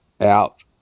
out